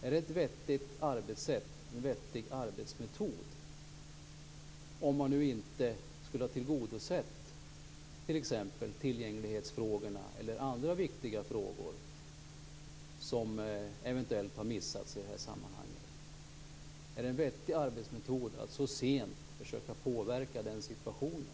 Är det en vettig arbetsmetod, om man nu inte skulle ha tillgodosett t.ex. tillgänglighetsfrågorna eller andra viktiga frågor som man eventuellt har missat i detta sammanhang? Är det en vettig arbetsmetod att så sent försöka påverka den situationen?